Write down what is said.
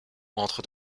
entre